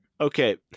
okay